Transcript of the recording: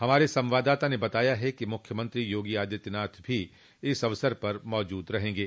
हमारे संवाददाता ने बताया है कि मुख्यमंत्री योगी आदित्यनाथ भी इस अवसर पर मौजूद रहेंगे